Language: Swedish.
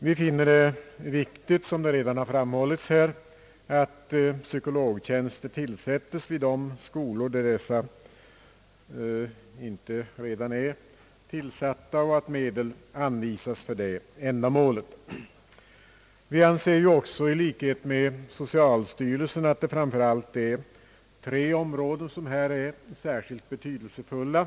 Vi finner det viktigt, såsom redan har framhållits här, att psykologtjänster tillsättes vid de skolor där sådana inte redan är tillsatta samt att medel anvisas för detta ändamål. Vi anser också i likhet med socialstyrelsen, att framför allt tre områden är särskilt betydelsefulla.